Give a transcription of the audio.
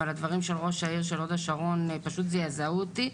אבל הדברים של ראש העיר של הוד השרון פשוט זעזעו אותי,